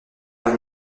par